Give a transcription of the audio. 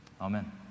Amen